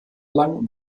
lang